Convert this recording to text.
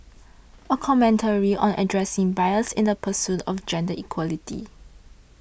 a commentary on addressing bias in the pursuit of gender equality